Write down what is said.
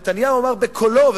או נתניהו אמר בקולו,